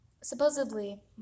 supposedly